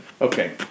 Okay